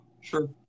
Sure